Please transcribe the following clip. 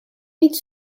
niet